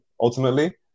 ultimately